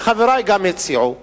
וחברי גם הם הציעו,